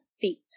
feet